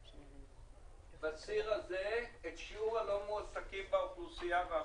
בציר הזה שיעור הלא מועסקים באוכלוסייה באחוזים.